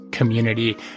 community